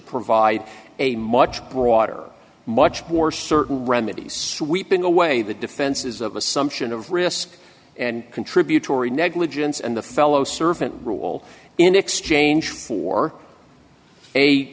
provide a much broader much more certain remedies sweeping away the defenses of assumption of risk and contributory negligence and the fellow servant rule in exchange